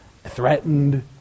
threatened